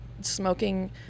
smoking